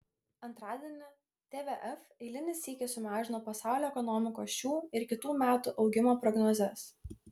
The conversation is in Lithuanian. antradienį tvf eilinį sykį sumažino pasaulio ekonomikos šių ir kitų metų augimo prognozes